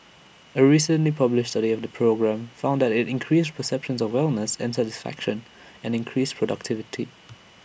A recently published study of the program found that IT increased perceptions of wellness and satisfaction and increased productivity